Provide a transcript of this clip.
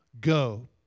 go